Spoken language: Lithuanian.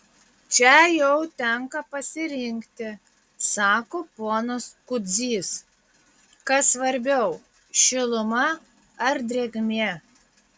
čia jau tenka pasirinkti sako ponas kudzys kas svarbiau šiluma ar drėgmė